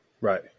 Right